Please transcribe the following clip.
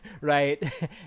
right